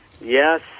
Yes